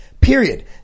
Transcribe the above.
period